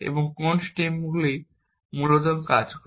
এবং কোন স্ট্রিপগুলি মূলত কাজ করে